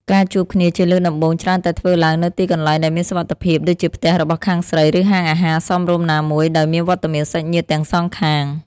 ការជួបគ្នាជាលើកដំបូងច្រើនតែធ្វើឡើងនៅទីកន្លែងដែលមានសុវត្ថិភាព ដូចជាផ្ទះរបស់ខាងស្រី ឬហាងអាហារសមរម្យណាមួយ ដោយមានវត្តមានសាច់ញាតិទាំងសងខាង។